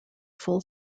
full